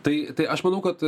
tai tai aš manau kad